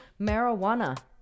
Marijuana